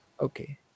Okay